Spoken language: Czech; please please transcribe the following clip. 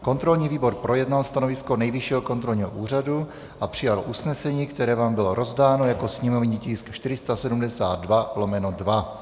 Kontrolní výbor projednal stanovisko Nejvyššího kontrolního úřadu a přijal usnesení, které vám bylo rozdáno jako sněmovní tisk 472/2.